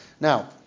Now